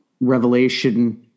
revelation